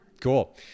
Cool